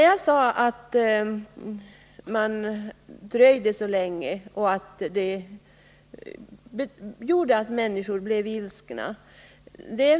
Jag sade att man dröjde så länge och att det gjorde att människor blev ilskna.